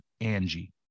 Angie